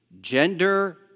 gender